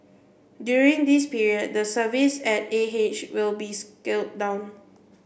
during this period the services at A H will be scaled down